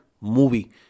movie